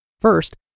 first